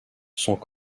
sont